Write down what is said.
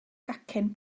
gacen